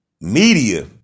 media